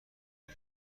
کنی